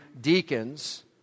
deacons